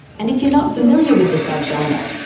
and if you're not familiar with the sub-genre,